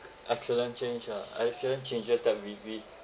excellent change ah excellent changes that we we